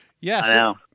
yes